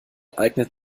eignet